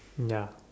ya